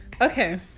okay